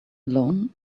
alone